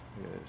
Yes